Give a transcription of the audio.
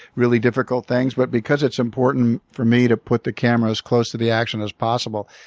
really difficult things. but because it's important for me to put the camera as close to the action as possible,